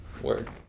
Word